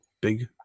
big